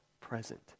present